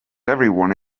everyone